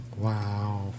Wow